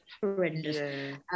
horrendous